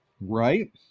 Right